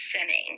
sinning